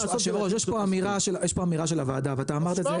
יש פה אמירה של הוועדה ואתה אמרת את זה.